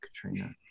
katrina